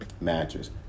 mattress